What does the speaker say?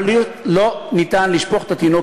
כדי להביא